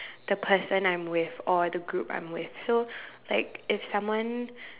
the person I'm with or the group I'm with so like if someone